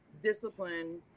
discipline